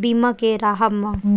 बीमा के राहब म